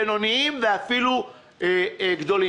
בינוניים ואפילו גדולים.